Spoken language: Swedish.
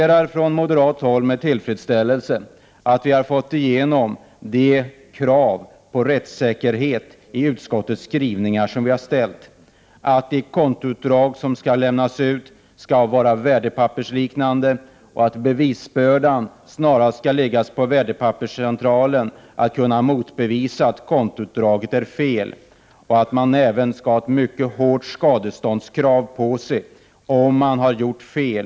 Vi från moderat håll noterar med tillfredsställelse att vi har fått igenom de krav på rättssäkerhet i utskottet som vi ställt, att ett kontoutdrag som skall lämnas ut skall vara värdepappersliknande och att bevisbördan — att kunna motbevisa att kontoutdraget är fel — snarast skall läggas på Värdepapperscentralen samt att man även skall ställa mycket hårda skadeståndskrav på Värdepapperscentralen om det begås ett fel.